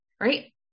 right